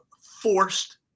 forced